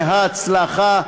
בהצלחה.